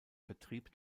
vertrieb